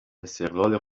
استقلال